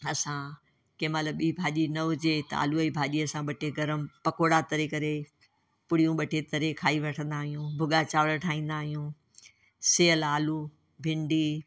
असां कंहिं महिल ॿी भाॼी न हुजे त आलूअ जी भाॼी असां ॿ टे गर्मु पकौड़ा तरे करे पुड़ियूं ॿ टे तरे खाई वठंदा आहियूं भुॻा चांवर ठाहींदा आहियूं सेअल आलू भिंडी